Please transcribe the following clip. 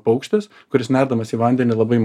paukštis kuris nerdamas į vandenį labai